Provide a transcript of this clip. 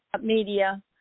media